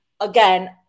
again